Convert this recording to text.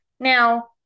Now